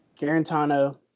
Garantano